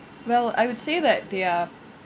well I would say that there